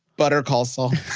butter call saul